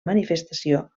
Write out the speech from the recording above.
manifestació